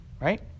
right